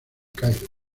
cairo